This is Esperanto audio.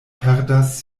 perdas